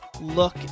look